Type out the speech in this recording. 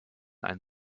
ein